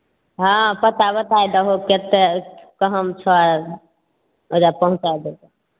हॅं पता बताई दहो केतेक कहाॅं छहो ओहिजा पहुॅंचाइ देब